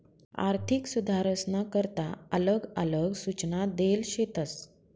आर्थिक सुधारसना करता आलग आलग सूचना देल शेतस